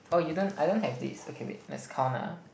oh you don't I don't have this okay wait let's count ah